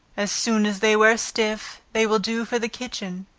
as soon as they wear stiff, they will do for the kitchen,